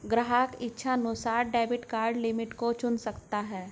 ग्राहक इच्छानुसार debit card limit को चुन सकता है